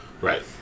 Right